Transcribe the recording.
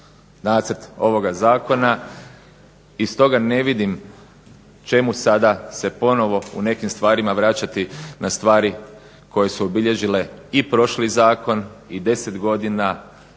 nacrt ovoga zakona i stoga ne vidim čemu sada se ponovno u nekim stvarima vraćati na stvari koje su obilježile i prošli zakon i 10 godina